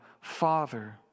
Father